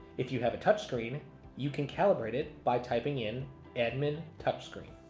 if you have a touchscreen you can calibrate it by typing in admin touchscreen.